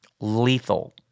Lethal